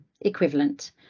equivalent